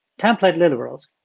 template literals,